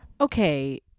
Okay